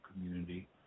community